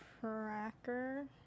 tracker